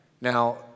Now